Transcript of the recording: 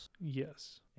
Yes